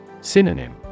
Synonym